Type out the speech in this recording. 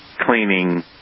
cleaning